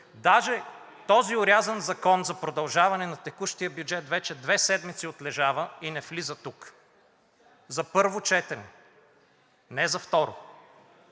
Даже този орязан закон за продължаване на текущия бюджет вече две седмици отлежава и не влиза тук за първо четене, не за второ.